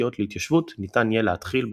פוליטיות להתיישבות ניתן יהיה להתחיל בהגירה.